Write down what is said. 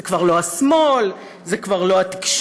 זה כבר לא השמאל, זה כבר לא התקשורת,